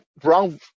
Brown